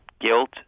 guilt